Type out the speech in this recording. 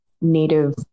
native